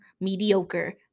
mediocre